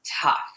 tough